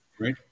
Right